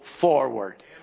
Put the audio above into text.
forward